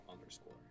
Underscore